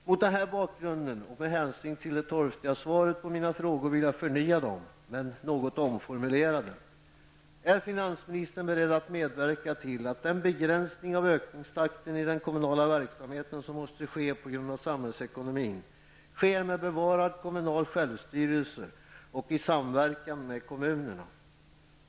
Mot den här bakgrunden och med hänsyn till det torftiga svaret vill jag förnya mina frågor, något omformulerade: Är finansministern beredd att medverka till att den begränsning av ökningstakten i den kommunala verksamheten som måste ske på grund av samhällsekonomin sker med bevarad kommunal självstyrelse och i samverkan med kommunerna?